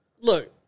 look